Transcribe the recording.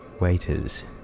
waiters